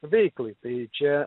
veiklai tai čia